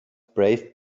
braced